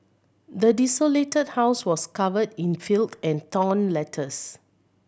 the desolated house was covered in filth and torn letters